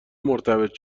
مرتبط